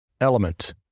Element